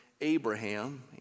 Abraham